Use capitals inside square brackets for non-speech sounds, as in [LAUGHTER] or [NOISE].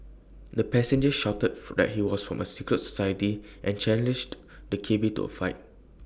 the passenger shouted [NOISE] that he was from A secret society and challenged the cabby to A fight